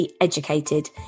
educated